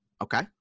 Okay